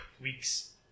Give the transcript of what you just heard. weeks